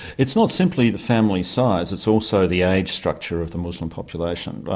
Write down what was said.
it's not simply the family size, it's also the age structure of the muslim population.